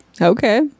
Okay